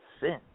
sin